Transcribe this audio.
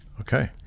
Okay